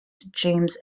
james